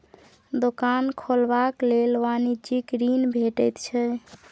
दोकान खोलबाक लेल वाणिज्यिक ऋण भेटैत छै